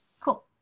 Cool